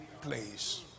place